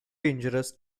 dangerous